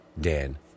Dan